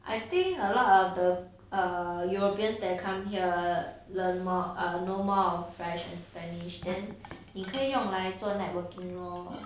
I think a lot of the err europeans that come here right learn more err know more french and spanish then 你可以用来做 networking lor